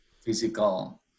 physical